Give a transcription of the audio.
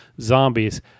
zombies